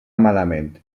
malament